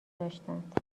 داشتند